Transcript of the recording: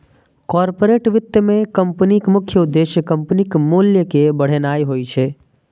corporate वित्त मे कंपनीक मुख्य उद्देश्य कंपनीक मूल्य कें बढ़ेनाय होइ छै